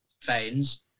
fans